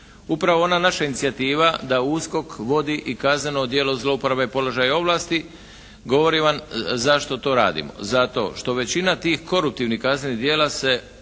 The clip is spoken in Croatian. upravo ona naša inicijativa da USKOK vodi i kazneno djelo zlouporabe položaja ovlasti govori vam zašto to radimo. Zato što većina tih koruptivnih kaznenih djela se